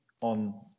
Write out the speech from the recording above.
on